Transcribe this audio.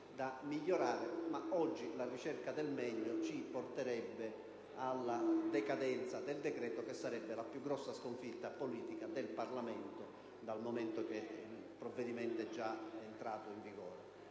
miglioramenti. Oggi la ricerca del meglio ci porterebbe alla decadenza del decreto, cosa che rappresenterebbe la più grande sconfitta politica del Parlamento dal momento che il provvedimento è già entrato in vigore.